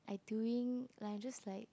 I doing like I just like